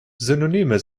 synonyme